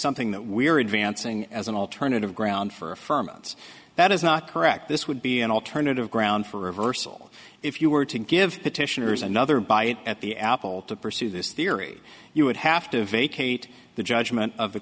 something that we are advancing as an alternative ground for affirms that is not correct this would be an alternative ground for reversal if you were to give petitioners another bite at the apple to pursue this theory you would have to vacate the judgment of